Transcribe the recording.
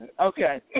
Okay